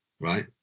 right